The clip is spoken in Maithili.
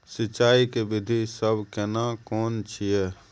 सिंचाई के विधी सब केना कोन छिये?